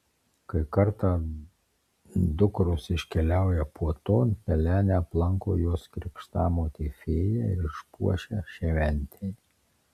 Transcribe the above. kai kartą dukros iškeliauja puoton pelenę aplanko jos krikštamotė fėja ir išpuošia šventei